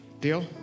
Deal